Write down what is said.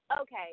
Okay